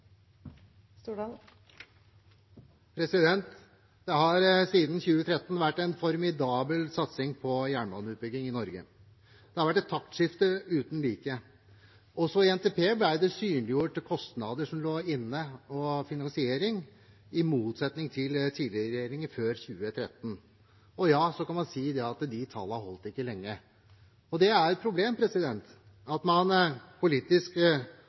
vært et taktskifte uten like. I NTP ble det synliggjort kostnader som lå inne og finansiering, i motsetning til tidligere regjeringer – før 2013. Og ja, så kan man si at de tallene ikke holdt lenge. Det er et problem at man politisk